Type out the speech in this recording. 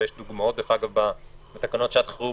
ויש דוגמאות דרך אגב בתקנות שעת חירום